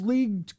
League